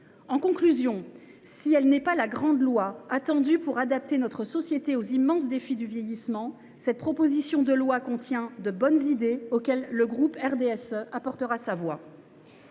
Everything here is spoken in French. En conclusion, si elle n’est pas la grande loi attendue pour adapter notre société aux immenses défis du vieillissement, cette proposition de loi contient de bonnes idées auxquelles le groupe RDSE apportera sa voix.